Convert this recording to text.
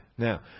Now